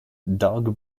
dog